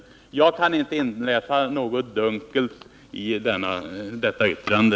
Jag kan inte inläsa något dunkelt i detta yttrande.